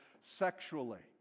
sexually